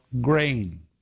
grain